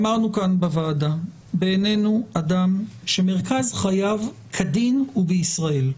אמרנו כאן בוועדה שבעינינו אדם שמרכז חייו כדין הוא בישראל,